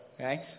okay